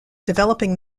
developing